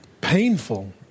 painful